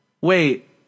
wait